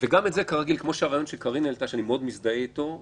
כשהטיעון המרכזי הוא שתהיה עבודה בוועדות,